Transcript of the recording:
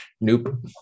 Nope